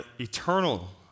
eternal